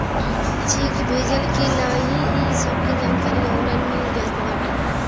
check भजल की नाही इ सबके जानकारी ऑनलाइन मिल जात बाटे